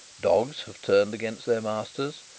dogs have turned against their masters,